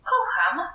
Kocham